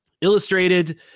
Illustrated